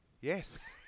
yes